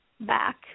back